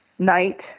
night